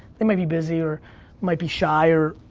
they may be busy or might be shy, or,